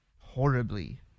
horribly